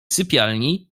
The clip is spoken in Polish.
sypialni